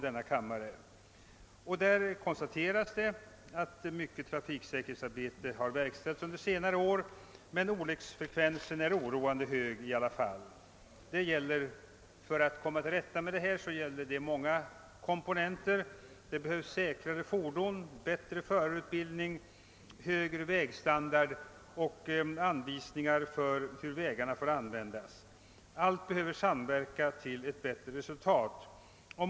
Där konstateras att mycket trafiksäkerhetsarbete har utförts under senare år men att olycksfallsfrekvensen i alla fall är oroande hög. I problemet att uppnå större trafiksäkerhet finns det många komponenter: säkrare fordon, bättre förarutbildning, högre vägstandard och anvisningar för hur vägarna får användas. Allt behöver samverka för att man skall nå ett bättre resultat.